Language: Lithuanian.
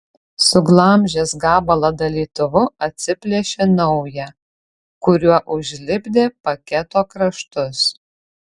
suglamžęs gabalą dalytuvu atsiplėšė naują kuriuo užlipdė paketo kraštus